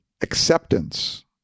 Acceptance